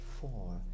four